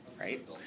right